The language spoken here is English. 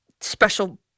special